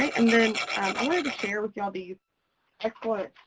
and then i wanted to share with y'all these excellent